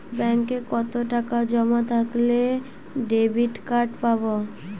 ব্যাঙ্কে কতটাকা জমা থাকলে ডেবিটকার্ড পাব?